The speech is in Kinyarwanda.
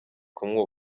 kumwe